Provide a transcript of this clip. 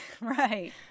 Right